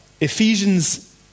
Ephesians